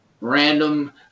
random